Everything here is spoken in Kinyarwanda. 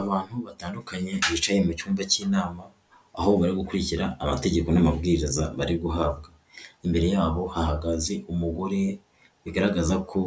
Abantu batandukanye bicaye mu cyumba cy'inama aho barimo gukurikiza amategeko n'amabwiriza bari guhabwa, imbere yabo hahagaze umugore bigaragaza ko